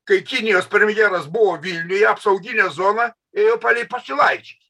kai kinijos premjeras buvo vilniuje apsauginė zona ėjo palei pašilaičiais